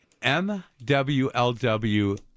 MWLW